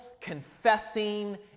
confessing